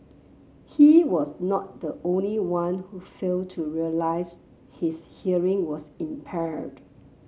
he was not the only one who failed to realise his hearing was impaired